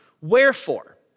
Wherefore